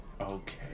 Okay